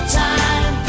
time